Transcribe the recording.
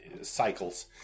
cycles